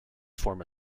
form